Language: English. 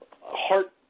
heart